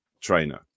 trainer